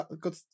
good